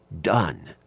done